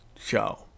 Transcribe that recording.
show